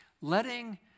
Letting